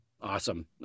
Awesome